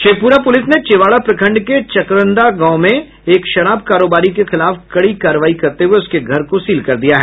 Sheikhpura police ने चेवाड़ा प्रखंड के चकंद्रा गांव में एक शराब कारोबारी के खिलाफ कड़ी कार्रवाई करते हुये उसके घर को सील कर दिया है